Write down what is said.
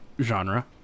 genre